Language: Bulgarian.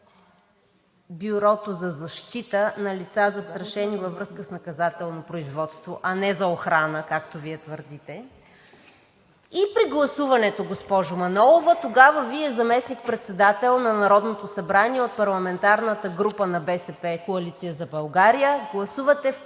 Бюрото за защита на лица, застрашени във връзка с наказателно производство, а не за охрана, както Вие твърдите и при гласуването, госпожо Манолова – тогава Вие като заместник-председател на Народното събрание от парламентарната група на БСП – „Коалиция за България“, гласувате в